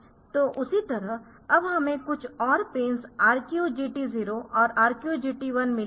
तो उसी तरह अब हमें कुछ और पिन्स RQ GT 0 और RQ GT1 मिलेहै